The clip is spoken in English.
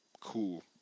Cool